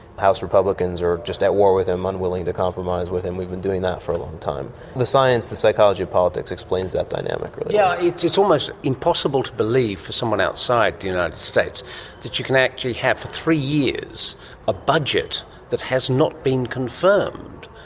house republicans are just at war with him, unwilling to compromise with him. we've been doing that for a long time. the science, the psychology of politics explains that dynamic really yeah well. yes, it's almost impossible to believe for someone outside the united states that you can actually have for three years a budget that has not been confirmed.